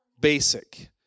basic